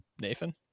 nathan